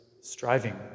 striving